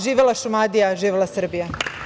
Živela Šumadija, živela Srbija.